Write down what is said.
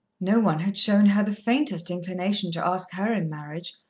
no one had shown her the faintest inclination to ask her in marriage,